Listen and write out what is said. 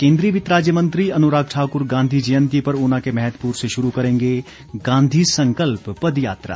केन्द्रीय वित्त राज्य मंत्री अनुराग ठाकुर गांधी जयंती पर ऊना के मैहतपुर से शुरू करेंगे गांधी संकल्प पद यात्रा